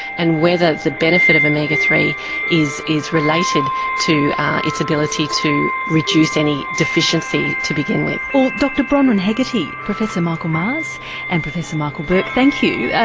and whether the benefit of omega three is is related to its ability to reduce any deficiency to begin with. well dr bronwyn hegarty, professor michael maes and professor michael berk thank you.